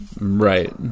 Right